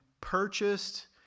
purchased